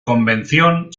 convención